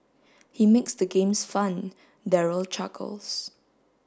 he makes the games fun Daryl chuckles